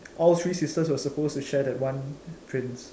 all three sisters were supposed to share that one prince